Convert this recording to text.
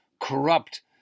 corrupt